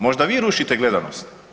Možda vi rušite gledanost.